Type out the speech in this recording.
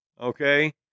okay